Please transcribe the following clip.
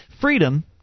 freedom